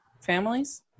families